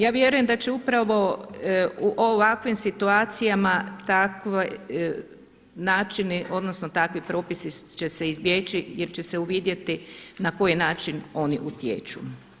Ja vjerujem da će upravo u ovakvim situacijama takvi načini odnosno takvi propisi će se izbjeći jer će se uvidjeti na koji način oni utječu.